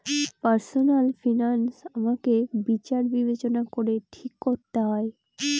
personal finance আমাকে বিচার বিবেচনা করে ঠিক করতে হয়